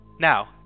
Now